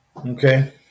Okay